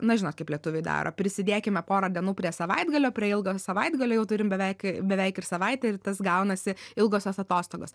na žinot kaip lietuviai daro prisidėkime porą dienų prie savaitgalio prie ilgojo savaitgalio jau turim beveik beveik savaitę ir tas gaunasi ilgosios atostogos